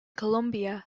colombia